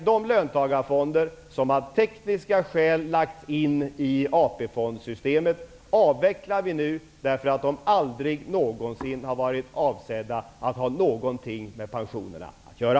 De löntagarfonder som av tekniska skäl lagts in i AP-fondsystemet avvecklar vi nu, därför att de aldrig någonsin har varit avsedda att ha någonting med pensionerna att göra.